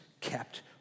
kept